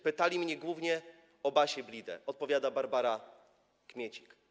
Pytali mnie głównie o Basię Blidę” - opowiada Barbara Kmiecik.